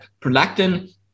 prolactin